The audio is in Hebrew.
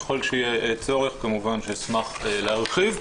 ככל שיהיה צורך כמובן שאשמח להרחיב.